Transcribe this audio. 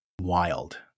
wild